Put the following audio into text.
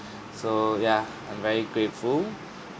so yeah I'm very grateful